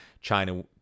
China